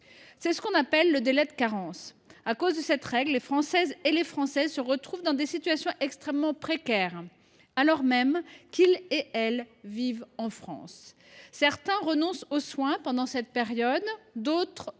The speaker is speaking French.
C’est ce que l’on appelle le délai de carence. À cause de cette règle, des Françaises et des Français se retrouvent dans des situations extrêmement précaires, alors même qu’ils vivent en France. Certains renoncent aux soins pendant cette période, mais